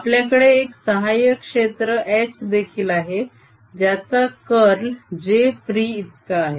आपल्याकडे एक सहायक क्षेत्र H देखील आहे ज्याचा कर्ल j फ्री इतका आहे